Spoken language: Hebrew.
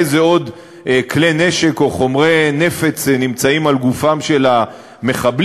איזה עוד כלי נשק או חומרי נפץ נמצאים על גופם של המחבלים,